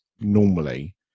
normally